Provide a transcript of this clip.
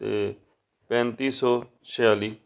ਅਤੇ ਪੈਂਤੀ ਸੌ ਛਿਆਲੀ